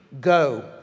Go